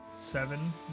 seven